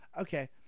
Okay